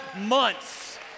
months